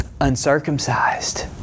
uncircumcised